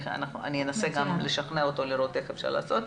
אנסה גם לשכנע אותו לראות איך אפשר לעשות.